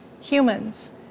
humans